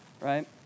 right